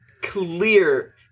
clear